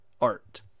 art